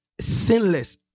sinless